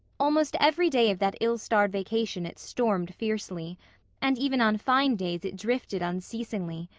almost every day of that ill-starred vacation it stormed fiercely and even on fine days it drifted unceasingly.